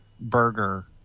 burger